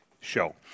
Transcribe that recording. Show